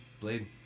blade